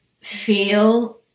feel